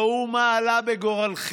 ראו מה עלה בגורלכם,